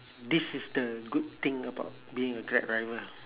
this is the good thing about being a grab driver